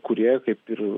kurie kaip ir